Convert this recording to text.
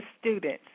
students